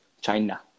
China